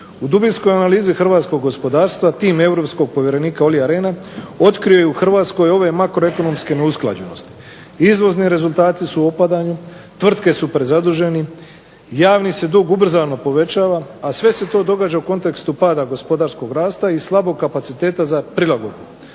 U dubinskoj analizi hrvatskog gospodarstva tim europskog povjerenika Olli Rehna otkrio je u Hrvatskoj ove makroekonomske neusklađenosti. Izvozni rezultati su u opadanju, tvrtke su prezadužene, javni se dug ubrzano povećava a sve se to događa u kontekstu pada gospodarskog rasta i slabog kapaciteta za prilagodbu.".